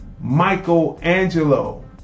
Michelangelo